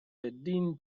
thirteen